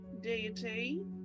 deity